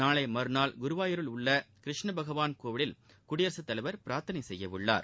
நாளை மறுநாள் குருவாயூரில் உள்ள கிருஷ்ண பகவாள் கோவிலில் குடியரசுத்தலைவா பிரார்த்தனை செய்யவுள்ளார்